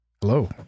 Hello